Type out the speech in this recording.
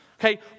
okay